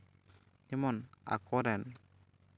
ᱡᱮᱢᱚᱱ ᱟᱠᱚ ᱨᱮᱱ